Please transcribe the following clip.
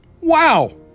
Wow